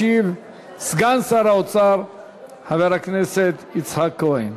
ישיב סגן שר האוצר חבר הכנסת יצחק כהן.